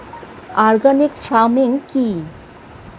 Organic farming কি?